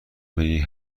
میری